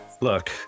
Look